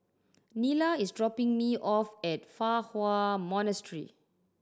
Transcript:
Nila is dropping me off at Fa Hua Monastery